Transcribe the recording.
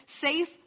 safe